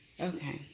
Okay